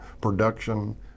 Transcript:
production